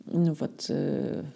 nu vat